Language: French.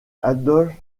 adolphe